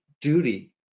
duty